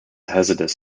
hazardous